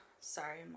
sorry